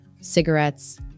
cigarettes